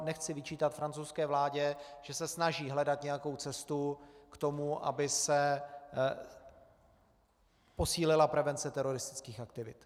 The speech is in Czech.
Nechci vyčítat francouzské vládě, že se snaží hledat nějakou cestu k tomu, aby se posílila prevence teroristických aktivit.